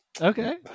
Okay